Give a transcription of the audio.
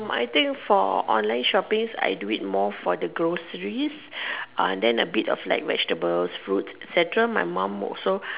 oh I think for online shopping I do it more for the groceries uh then a bit of like vegetables fruits etcetera my mum also